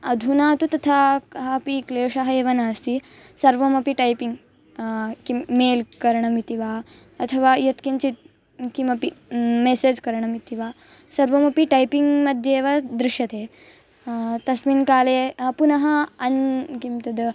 अधुना तु तथा कः अपि क्लेशः एव नास्ति सर्वमपि टैपिङ्ग् किं मेल् करणम् इति वा अथवा यत् किञ्चित् किमपि मेसेज् करणम् इति वा सर्वमपि टैपिङ्ग्मध्येव दृश्यते तस्मिन् काले पुनः अन् किं तद्